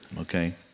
okay